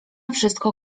wszystko